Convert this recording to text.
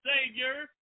Savior